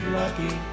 lucky